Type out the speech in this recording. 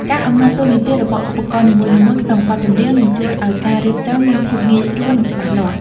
ការកំណត់តួនាទីរបស់ឧបករណ៍នីមួយៗក្នុងបទចម្រៀងនឹងជួយឱ្យការរៀបចំមានភាពងាយស្រួល និង ច្បាស់លាស់។